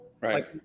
right